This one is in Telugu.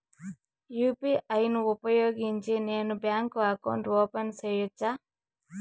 యు.పి.ఐ ను ఉపయోగించి నేను బ్యాంకు అకౌంట్ ఓపెన్ సేయొచ్చా?